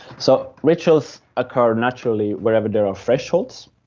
so rituals occur naturally wherever there are thresholds,